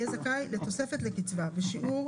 יהיה זכאי לתוספת לקצבה בשיעור